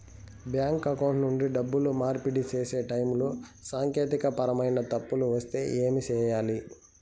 bank account నుండి డబ్బులు మార్పిడి సేసే టైములో సాంకేతికపరమైన తప్పులు వస్తే ఏమి సేయాలి